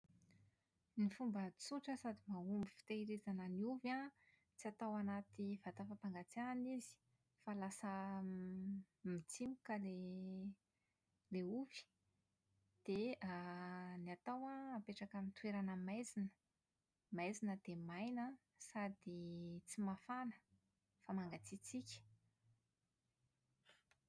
Ny fomba tsotra sady mahomby fitehizirana ny ovy an, tsy atao anaty vata fampangatsiahana izy, fa lasa > mitsimoka ilay ilay ovy. Dia > ny atao an, apetraka amin'ny toerana maizina, maizina dia maina an sady tsy mafana fa mangatsiatsiaka.